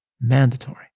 mandatory